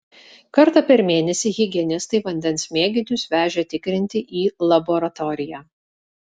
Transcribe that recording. kartą per mėnesį higienistai vandens mėginius vežė tikrinti į laboratoriją